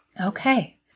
Okay